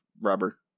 rubber